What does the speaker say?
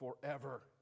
forever